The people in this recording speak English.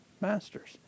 masters